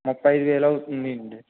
ముప్పై అయిదు వేలు అవుతుందండి